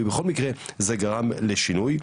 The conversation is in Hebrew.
בכל מקרה זה גרם לשינוי.